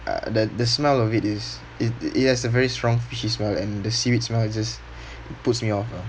uh the the smell of it is it it has a very strong fishy smell and the seaweed smell just puts me off lah